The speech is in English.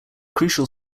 crucial